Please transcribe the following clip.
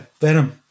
Venom